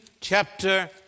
chapter